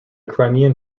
crimean